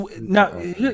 now